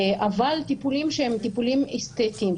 אבל טיפולים שהם טיפולים אסתטיים,